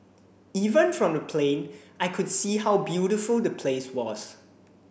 even from the plane I could see how beautiful the place was